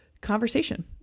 conversation